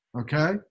okay